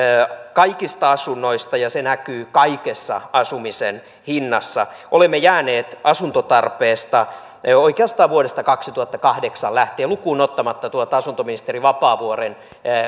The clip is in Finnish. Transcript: kaikista asunnoista ja se näkyy kaikessa asumisen hinnassa olemme jääneet asuntotarpeesta oikeastaan vuodesta kaksituhattakahdeksan lähtien lukuun ottamatta tuota asuntoministeri vapaavuoren